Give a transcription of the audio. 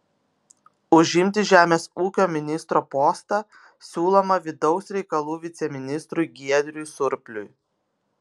užimti žemės ūkio ministro postą siūloma vidaus reikalų viceministrui giedriui surpliui